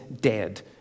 dead